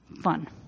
Fun